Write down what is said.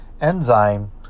enzyme